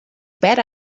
bet